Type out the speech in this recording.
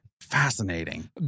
Fascinating